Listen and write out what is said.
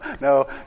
no